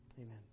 Amen